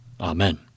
Amen